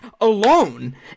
alone